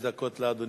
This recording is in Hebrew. חמש דקות לאדוני.